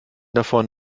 davon